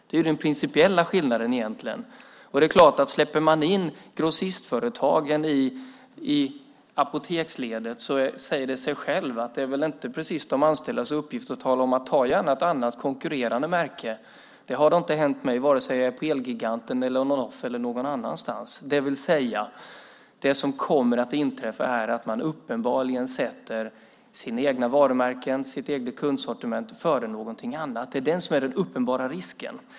Det är den principiella skillnaden. Om man släpper in grossistföretagen i apoteksledet säger det sig självt att det inte är de anställdas uppgift att uppmana till att ta ett annat konkurrerande märke. Det har inte hänt mig på vare sig Elgiganten, Onoff eller någon annanstans. Det som kommer att inträffa är att man uppenbarligen sätter sina egna varumärken och sitt eget kundsortiment före någonting annat. Det är den uppenbara risken.